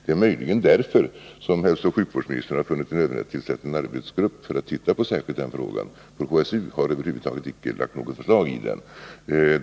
Det är möjligen därför som hälsooch sjukvårdsministern har funnit det nödvändigt att tillsätta en arbetsgrupp för att titta särskilt på den frågan. HSU har över huvud taget inte lagt fram något förslag i den.